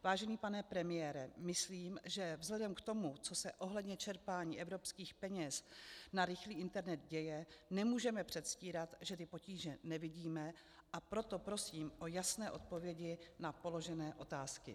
Vážený pane premiére, myslím, že vzhledem k tomu, co se ohledně čerpání evropských peněz na rychlý internet děje, nemůžeme předstírat, že ty potíže nevidíme, a proto prosím o jasné odpovědi na položené otázky.